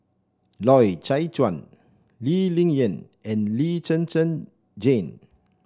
Loy Chye Chuan Lee Ling Yen and Lee Zhen Zhen Jane